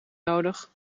nodig